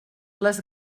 les